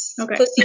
Okay